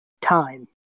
time